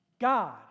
God